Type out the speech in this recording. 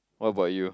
what about you